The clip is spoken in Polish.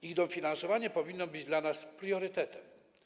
Ich dofinansowanie powinno być dla nas priorytetem.